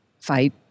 fight